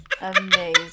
Amazing